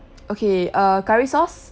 okay err curry sauce